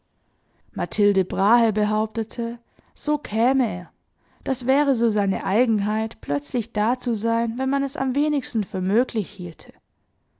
mathilde brahe behauptete so käme er das wäre so seine eigenheit plötzlich da zu sein wenn man es am wenigsten für möglich hielte